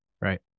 right